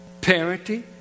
parenting